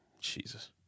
Jesus